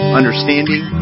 understanding